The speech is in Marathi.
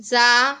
जा